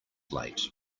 late